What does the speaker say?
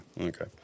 okay